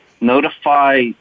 notify